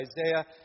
Isaiah